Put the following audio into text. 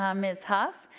um ms. hough,